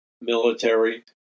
military